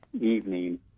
evening